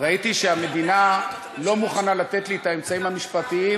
ראיתי שהמדינה לא מוכנה לתת לי את האמצעים המשפטיים